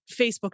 Facebook